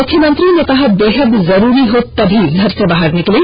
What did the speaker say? मुख्यमंत्री ने कहा बेहद जरूरी हो तभी घर से बाहर निकलें